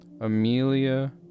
Amelia